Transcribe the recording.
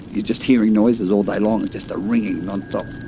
you're just hearing noises all day long, it's just a ringing non-stop.